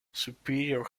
superior